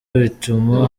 bituma